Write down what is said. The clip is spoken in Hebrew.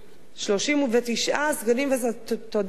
39. 39 שרים וסגני שרים, תודה על התיקון.